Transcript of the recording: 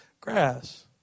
grass